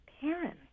parent